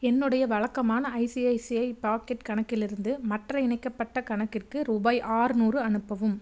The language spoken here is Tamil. என்னுடைய வழக்கமான ஐசிஐசிஐ பாக்கெட் கணக்கிலிருந்து மற்ற இணைக்கப்பட்ட கணக்கிற்கு ரூபாய் ஆறுநூறு அனுப்பவும்